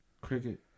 Cricket